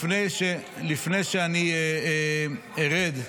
לפני שאני ארד,